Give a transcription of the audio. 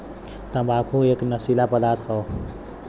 तम्बाकू एक नसीला पदार्थ हौ